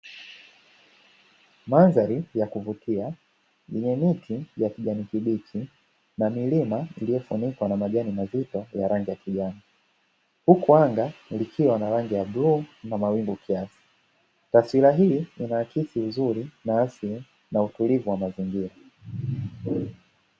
Mandhari ya kuvutia yenye miti ya kijani kibichi na milima iliyofunikwa na majani mazito ya rangi ya kijani, huku anga likiwa na rangi ya bluu na mawingu kiasi. Taswira hii inaakisi uzuri na asili na utulivu wa mazingira.